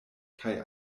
kaj